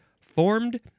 formed